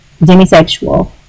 demisexual